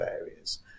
areas